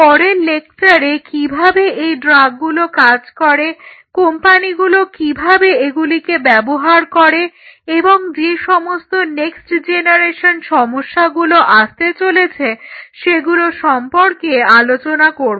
পরের লেকচারে কিভাবে এই ড্রাগগুলো কাজ করে কোম্পানিগুলো কিভাবে এগুলিকে ব্যবহার করে এবং যে সমস্ত নেক্সট জেনারেশন সমস্যাগুলো আসতে চলেছে সেগুলো সম্পর্কে আলোচনা করব